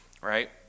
right